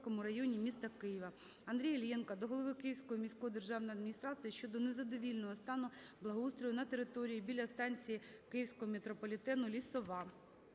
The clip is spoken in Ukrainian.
Андрія Іллєнка до голови Київської міської державної адміністрації щодо незадовільного стану благоустрою на території біля станції Київського метрополітену "Лісова".